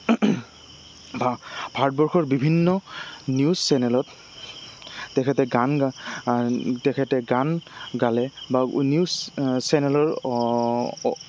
ভাৰতবৰ্ষৰ বিভিন্ন নিউজ চেনেলত তেখেতে গান তেখেতে গান গালে বা নিউজ চেনেলৰ